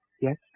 Yes